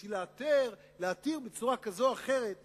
בשביל להתיר בצורה כזאת או אחרת וכו'.